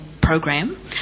program